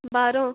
ਬਾਹਰੋਂ